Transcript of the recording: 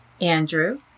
Andrew